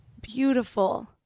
Beautiful